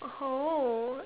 oh